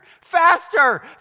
faster